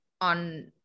on